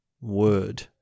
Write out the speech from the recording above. word